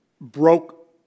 broke